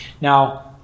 Now